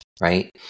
Right